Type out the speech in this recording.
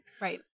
Right